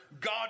God